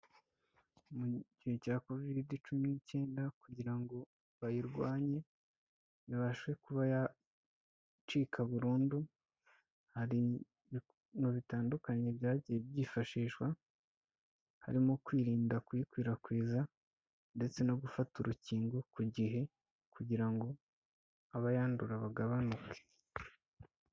Mu gihe cya kovide cumi n'icyenda kugira ngo bayirwanye ibashe kuba yacika burundu hari ibintu bitandukanye byagiye byifashishwa harimo kwirinda kuyikwirakwiza ndetse no gufata urukingo ku gihe kugira ngo abayandura bagabanuke.